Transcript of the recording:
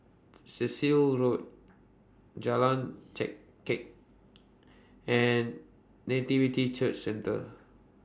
Cecil Road Jalan Chengkek and Nativity Church Centre